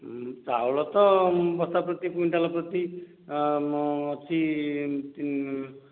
ଚାଉଳ ତ ବସ୍ତା ପ୍ରତି କୁଇଣ୍ଟାଲ୍ ପ୍ରତି ଅଛି